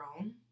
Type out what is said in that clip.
own